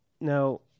now